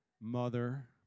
Mother